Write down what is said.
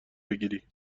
بگیری